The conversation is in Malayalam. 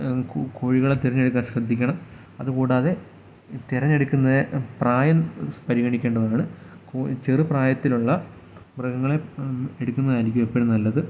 കോഴി കോഴികളെ തെരഞ്ഞെടുക്കാൻ ശ്രദ്ധിക്കണം അതുകൂടാതെ ഈ തെരഞ്ഞെടുക്കുന്ന ഈ പ്രായം പരിഗണിക്കേണ്ടതാണ് കോഴി ചെറുപ്രായത്തിലുള്ള മൃഗങ്ങളെ എടുക്കുന്നതായിരിക്കും എപ്പോഴും നല്ലത്